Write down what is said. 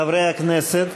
חברי הכנסת,